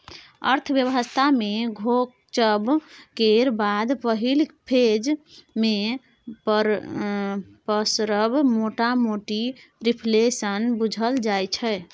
अर्थव्यवस्था मे घोकचब केर बाद पहिल फेज मे पसरब मोटामोटी रिफ्लेशन बुझल जाइ छै